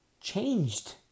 changed